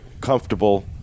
Comfortable